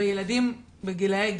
ילדים בגילאי גן.